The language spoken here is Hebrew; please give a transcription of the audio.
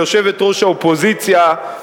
ליושבת-ראש האופוזיציה,